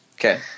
Okay